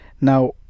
now